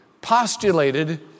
postulated